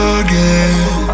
again